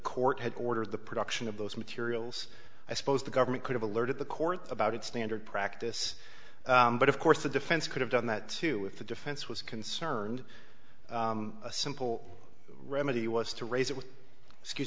court had ordered the production of those materials i suppose the government could have alerted the court about it standard practice but of course the defense could have done that with the defense was concerned a simple remedy was to raise it with excuse